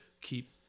keep